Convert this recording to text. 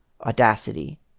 Audacity